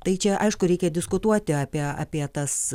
tai čia aišku reikia diskutuoti apie apie tas